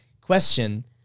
question